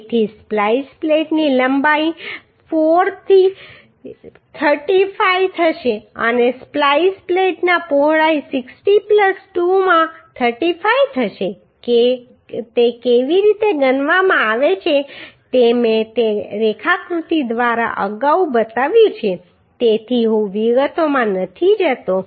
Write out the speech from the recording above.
તેથી સ્પ્લાઈસ પ્લેટની લંબાઈ 4 થી 35 થશે અને સ્પ્લાઈસ પ્લેટની પહોળાઈ 60 2 માં 35 થશે તે કેવી રીતે ગણવામાં આવે છે તે મેં તે રેખાકૃતિ દ્વારા અગાઉ બતાવ્યું છે તેથી હું વિગતોમાં નથી જતો